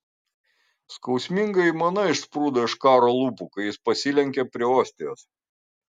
skausminga aimana išsprūdo iš karo lūpų kai jis pasilenkė prie ostijos